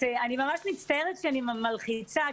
אני מצטערת שאני מלחיצה,